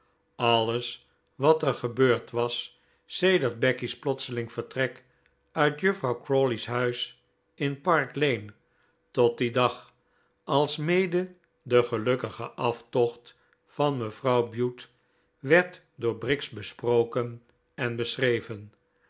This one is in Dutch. alles wat er gebeurd was sedert becky's plotseling vertrek uit juffrouw crawley's huis in park lane tot dien dag alsmede de gelukkige aftocht van mevrouw bute werd door briggs besproken en beschreven